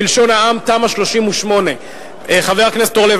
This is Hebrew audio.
בלשון העם: תמ"א 38. חבר הכנסת אורלב,